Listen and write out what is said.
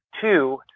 Two